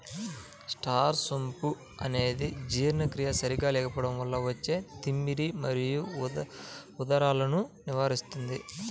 star సోంపు అనేది జీర్ణక్రియ సరిగా లేకపోవడం వల్ల వచ్చే తిమ్మిరి మరియు ఉదరాలను నివారిస్తుంది